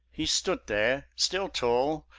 he stood there, still tall,